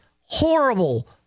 horrible